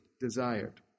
desired